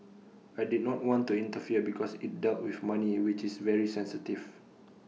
I did not want to interfere because IT dealt with money which is very sensitive